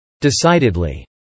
Decidedly